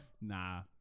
Nah